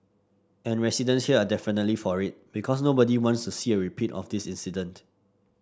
and residents here are definitely for it because nobody wants to see a repeat of this incident